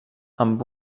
amb